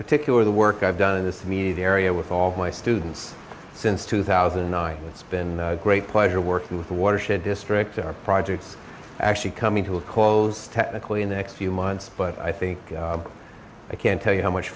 particular the work i've done in this me the area with all my students since two thousand and nine it's been a great pleasure working with watershed district are projects actually coming to a cause technically in the next few months but i think i can tell you how much